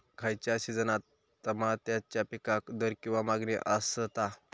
खयच्या सिजनात तमात्याच्या पीकाक दर किंवा मागणी आसता?